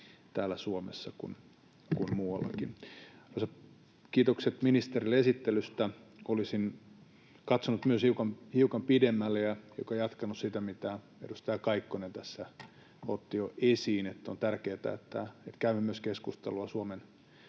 täällä Suomessa kuin muuallakin. Kiitokset ministerille esittelystä. Olisin katsonut myös hiukan pidemmälle ja jatkanut siitä, mitä edustaja Kaikkonen tässä otti jo esiin siitä, että on tärkeätä, että käymme myös keskustelua Suomen